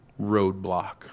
roadblock